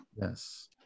Yes